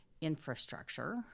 infrastructure